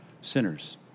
sinners